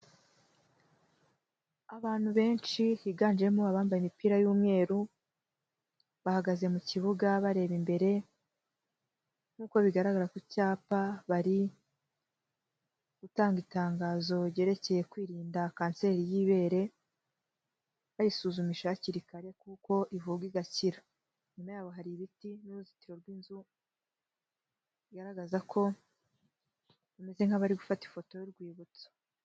Abantu benshi higanjemo abambaye imipira y'umweru, bahagaze mu kibuga bareba imbere, nkuko bigaragara ku cyapa bari gutanga itangazo ryerekeye kwirinda kanseri y'ibere, bayisuzumisha hakiri kare kuko ivurwa igakira, inyuma yabo hari ibiti n'uruzitiro rw'inzu, bigaragaza ko bameze nk'abari gufata ifoto y'urwibutso.